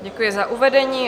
Děkuji za uvedení.